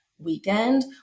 weekend